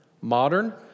Modern